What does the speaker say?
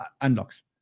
unlocks